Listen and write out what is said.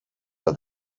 are